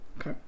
Okay